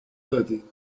دادیدن